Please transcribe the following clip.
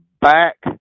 back